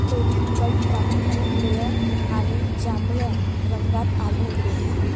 periwinkle प्रामुख्याने निळ्या आणि जांभळ्या रंगात आढळते